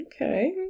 Okay